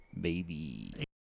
Baby